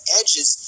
edges